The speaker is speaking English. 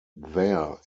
there